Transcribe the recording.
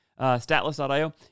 Statless.io